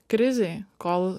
krizėj kol